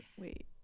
wait